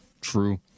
true